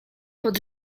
pod